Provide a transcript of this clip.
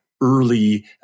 early